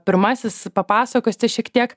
pirmasis papasakosite šiek tiek